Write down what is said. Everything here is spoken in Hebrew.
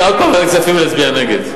עוד פעם לוועדת הכספים ולהצביע נגד.